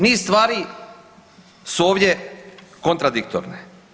Niz stvari su ovdje kontradiktorne.